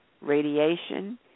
radiation